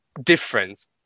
difference